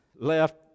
left